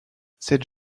cette